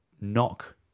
knock